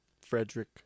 Frederick